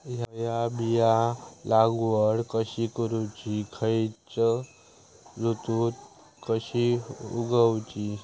हया बियाची लागवड कशी करूची खैयच्य ऋतुत कशी उगउची?